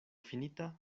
finita